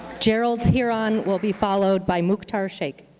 gerald heron will be followed by muktar shake.